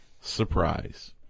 surprise